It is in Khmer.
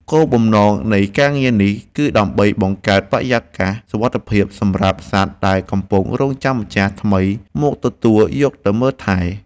គោលបំណងនៃការងារនេះគឺដើម្បីបង្កើតបរិយាកាសសុវត្ថិភាពសម្រាប់សត្វដែលកំពុងរង់ចាំម្ចាស់ថ្មីមកទទួលយកទៅមើលថែ។